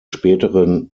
späteren